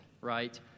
Right